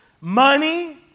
Money